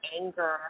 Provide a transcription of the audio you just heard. anger